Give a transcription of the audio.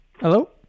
Hello